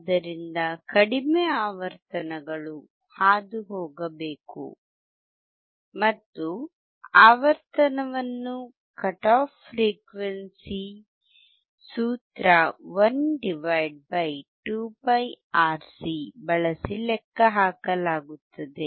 ಆದ್ದರಿಂದ ಕಡಿಮೆ ಆವರ್ತನಗಳು ಹಾದುಹೋಗಬೇಕು ಮತ್ತು ಆವರ್ತನವನ್ನು ಕಟ್ ಆಫ್ ಫ್ರೀಕ್ವೆನ್ಸಿ ಸೂತ್ರ 1 2πRC ಬಳಸಿ ಲೆಕ್ಕಹಾಕಲಾಗುತ್ತದೆ